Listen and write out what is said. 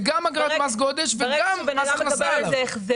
זה גם אגרת מס גודש וגם מס הכנסה עליו.